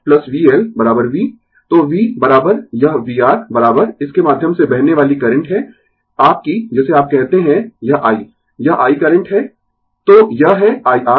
तो v यह vR इसके माध्यम से बहने वाली करंट है आपकी जिसे आप कहते है यह i यह i करंट है तो यह है i R